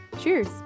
Cheers